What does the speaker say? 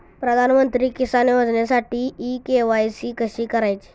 प्रधानमंत्री किसान योजनेसाठी इ के.वाय.सी कशी करायची?